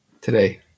Today